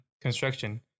construction